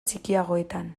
txikiagoetan